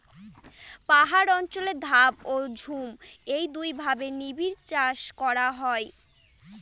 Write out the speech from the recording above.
পাহাড় অঞ্চলে ধাপ ও ঝুম এই দুইভাবে নিবিড়চাষ করা হয়